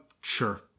Sure